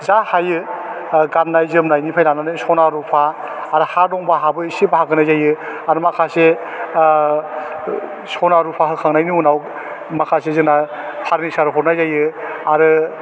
जा हायो ओह गान्नाय जोमन्नायनिफ्राइ लानानै सना रुफा आर हा दंबा हाबो इसे बाहाग होनाय जायो आर माखासे आह सना रुफा होखांनायनि उनाव माखासे जोंना पार्टनिचार हरनाय जायो आरो